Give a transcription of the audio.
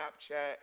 Snapchat